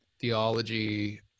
theology